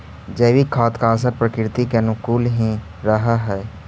जैविक खाद का असर प्रकृति के अनुकूल ही रहअ हई